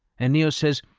and neo says,